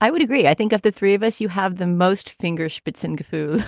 i would agree. i think of the three of us. you have the most fingers but so in gifu.